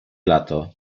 lato